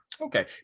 Okay